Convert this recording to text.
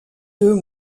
deux